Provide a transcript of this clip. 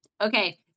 okay